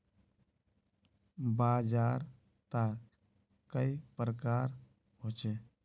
बाजार त कई प्रकार होचे?